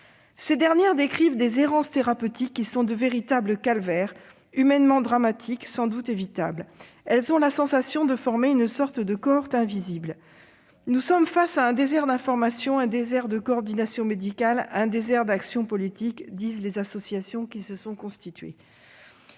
Ces dernières décrivent des errances thérapeutiques qui sont de véritables calvaires, humainement dramatiques, sans doute évitables. Elles ont la sensation de former une sorte de « cohorte invisible ».« Nous sommes face à un désert d'information, un désert de coordination médicale, un désert d'actions politiques », déclarent les associations qui se sont constituées.